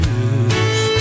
use